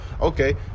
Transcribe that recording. Okay